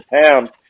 pound